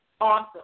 Awesome